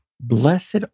blessed